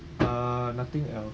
ah nothing else